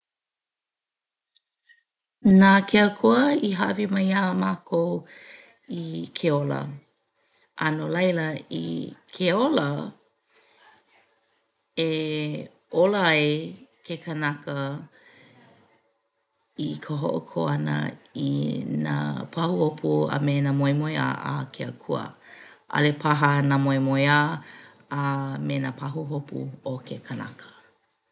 Na ke Akua i hāʻawi mai iā mākou i ke ola a no laila i ke ola e ola ai ke kānaka i ka hoʻokō ʻana i nā pahuhopu a me nā moemoeā a ke Akua; ʻaʻole paha nā moemoeā a me nā pahuhopu o ke kanaka.